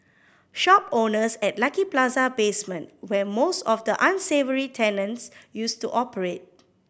shop owners at Lucky Plaza basement where most of the unsavoury tenants used to operate